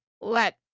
let